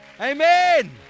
Amen